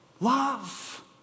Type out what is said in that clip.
Love